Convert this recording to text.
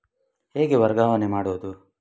ಹೇಗೆ ವರ್ಗಾವಣೆ ಮಾಡುದು?